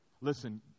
Listen